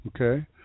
okay